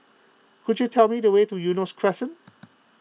could you tell me the way to Eunos Crescent